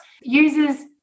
Users